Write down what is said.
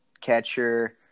catcher